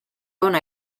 hona